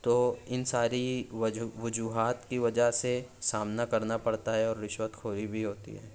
تو ان ساری وجوہات کی وجہ سے سامنا کرنا پڑتا ہے اور رشوت خوری بھی ہوتی ہے